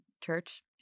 church